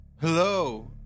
hello